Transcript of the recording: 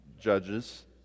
Judges